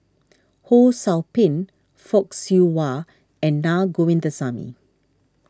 Ho Sou Ping Fock Siew Wah and Na Govindasamy